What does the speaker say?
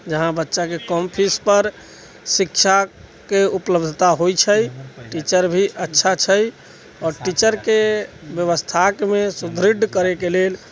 जहाँ बच्चाके कम फीस पर शिक्षाके उपलब्धता होइत छै टीचर भी अच्छा छै आओर टीचरके व्यवस्थाकमे सुढृढ़ करैके लेल